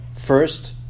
First